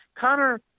Connor